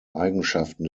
eigenschaften